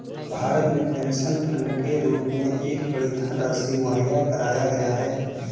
भारत में pension fund के रूप में एक बड़ी धनराशि मुहैया कराया गया है